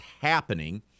happening